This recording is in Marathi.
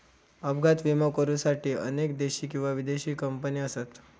अपघात विमो करुसाठी अनेक देशी किंवा विदेशी कंपने असत